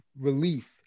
relief